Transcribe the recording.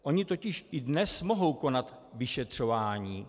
Oni totiž i dnes mohou konat vyšetřování.